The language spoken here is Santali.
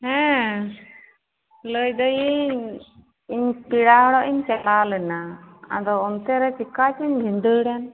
ᱦᱮᱸ ᱞᱟᱹᱭ ᱮᱫᱟᱤᱧ ᱤᱧ ᱯᱮᱲᱟ ᱦᱚᱲᱚᱜ ᱤᱧ ᱪᱟᱞᱟᱣ ᱞᱮᱱᱟ ᱟᱫᱚ ᱚᱱᱛᱮᱨᱮ ᱪᱮᱠᱟ ᱪᱚᱧ ᱵᱷᱤᱫᱟᱹᱲᱮᱱ